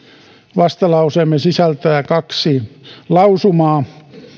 vastalauseemme sisältää kaksi lausumaa